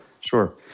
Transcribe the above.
sure